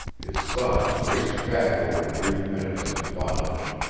his thoughts raced back over the brief minutes of his bondage.